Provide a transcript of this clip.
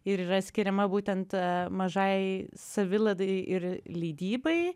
ir yra skiriama būtent mažajai savilaidai ir leidybai